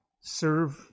serve